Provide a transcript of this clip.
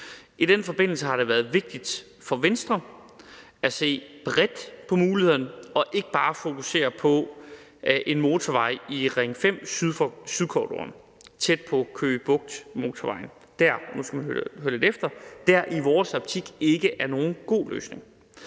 I den forbindelse har det været vigtigt for Venstre at se bredt på muligheden og ikke bare fokusere på en motorvej i den sydlige Ring 5-transportkorridor tæt på Køge Bugt Motorvejen, der i vores optik – og nu skal